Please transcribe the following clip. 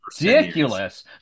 ridiculous